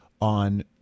on